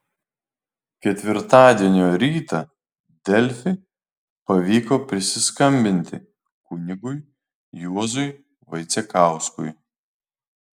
ketvirtadienio rytą delfi pavyko prisiskambinti kunigui juozui vaicekauskui